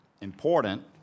Important